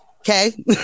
okay